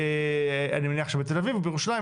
אני מניח שבתל אביב או בירושלים,